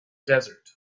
desert